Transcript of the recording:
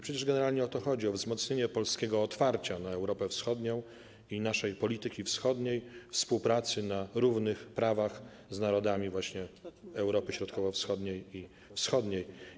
Przecież generalnie o to chodzi: o wzmocnienie polskiego otwarcia na Europę Wschodnią i naszej polityki wschodniej, współpracy na równych prawach z narodami Europy Środkowo-Wschodniej i Wschodniej.